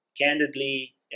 candidly